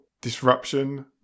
disruption